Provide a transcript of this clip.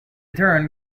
turn